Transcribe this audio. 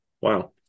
wow